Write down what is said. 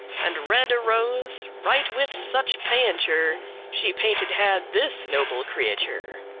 and red a rose, right with such painture she painted had this noble creature,